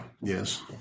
Yes